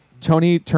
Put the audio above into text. Tony